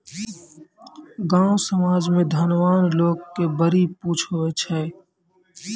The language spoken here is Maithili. गाँव समाज मे धनवान लोग के बड़ी पुछ हुवै छै